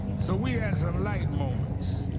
so we had some light moments.